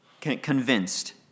convinced